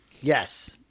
Yes